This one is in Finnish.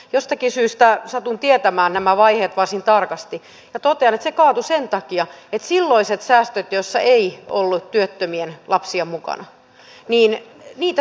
jostakin syystä satun tietämään nämä vaiheet varsin tarkasti ja totean että se kaatui sen takia että silloisia säästöjä joissa ei ollut työttömien lapsia mukana ei tullut